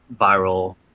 viral